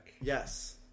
Yes